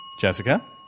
Jessica